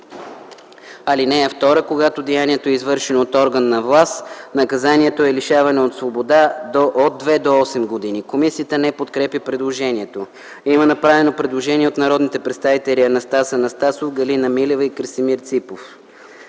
години. (2) Когато деянието е извършено от орган на власт наказанието е лишаване от свобода от две до осем години.” Комисията не подкрепя предложението. Има направено предложение и от народните представители Анастас Анастасов, Галина Милева и Красимир Ципов